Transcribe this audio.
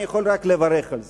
אלא אני יכול רק לברך על זה.